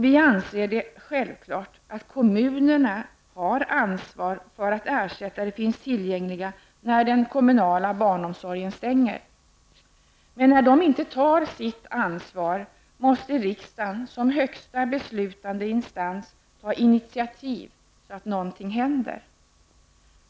Vi anser det självklart att kommunerna har ansvar för att ersättare finns tillgängliga när den kommunala barnomsorgen stänger. Men när de inte tar sitt ansvar, måste riksdagen, som högsta beslutande instans, ta initiativ så att något händer.